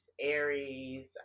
Aries